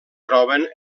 troben